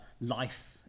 life